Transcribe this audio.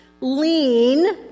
lean